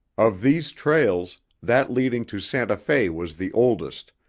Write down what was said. of these trails, that leading to santa fe was the oldest,